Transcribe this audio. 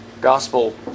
Gospel